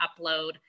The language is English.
upload